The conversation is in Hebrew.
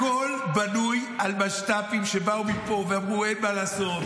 הכול בנוי על משת"פים שבאו מפה ואמרו: אין מה לעשות,